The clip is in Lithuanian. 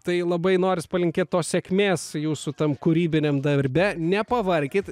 tai labai noris palinkėt tos sėkmės jūsų tam kūrybiniam darbe nepavarkit